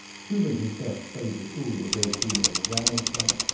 shubin himself played the fool a great deal, ran in front,